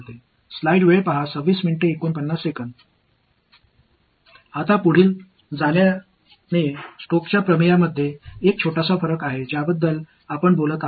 எனவே ஸ்டாக்ஸ் தியரதில்Stoke's theorem முன்பு போல ஆனால் பெருக்கப்பட்ட இணைக்கப்பட்ட பகுதி என்று அழைக்கப்படுகிறது